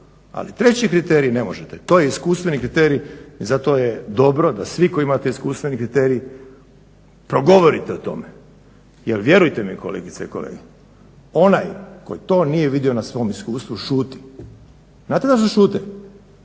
Ali treći kriterij ne možete. To je iskustveni kriterij i zato je dobro da svi koji imate iskustveni kriterij progovorite o tome jer vjerujte mi kolegice i kolege onaj tko nije vidio na svom iskustvu šuti. Znate zašto šute?